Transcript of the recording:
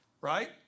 right